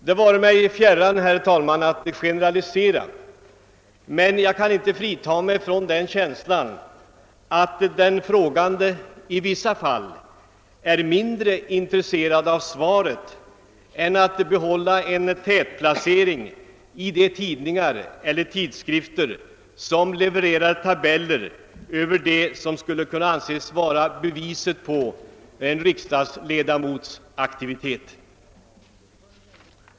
Det vare mig fjärran, herr talman, att generalisera, men jag kan inte frita mig från den känslan att den frågande i vissa fall är mindre intresserad av svaret än av att behålla en tätplacering i de tidningar eller tidskrifter som levererar tabeller över det som skulle kunna anses vara beviset på en riksdagsledamots aktivitet.